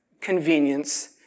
convenience